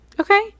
Okay